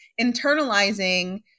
internalizing